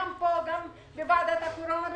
גם פה וגם בוועדת הקורונה,